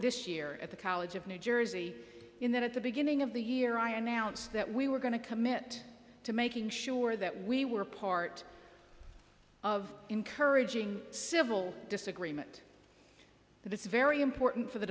this year at the college of new jersey in that at the beginning of the year i announced that we were going to commit to making sure that we were part of encouraging civil disagreement but it's very important for the